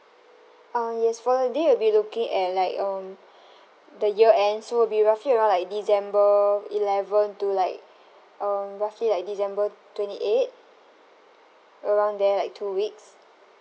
uh yes for the day we'll be looking at like um the year end so will be roughly around like december eleven to like um roughly like december twenty eight around there like two weeks